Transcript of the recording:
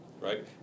right